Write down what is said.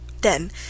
Then